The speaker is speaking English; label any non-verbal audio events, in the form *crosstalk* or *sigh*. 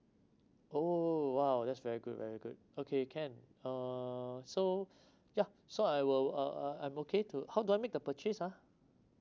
oh oh oh !wow! that's very good very good okay can uh so *breath* yeah so I will uh uh I book it to how do I make the purchase ah